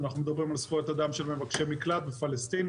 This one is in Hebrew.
אנחנו מדברים על זכויות אדם של מבקשי מקלט ופלסטינים,